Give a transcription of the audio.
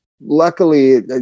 luckily